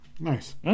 Nice